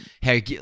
Hey